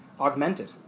Augmented